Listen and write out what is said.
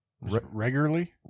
Regularly